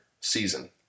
season